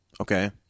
Okay